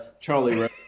Charlie